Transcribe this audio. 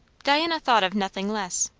diana thought of nothing less.